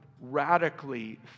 radically